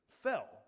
fell